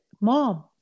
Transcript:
mom